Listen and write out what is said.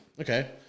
Okay